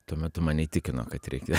tuo metu mane įtikino kad reikia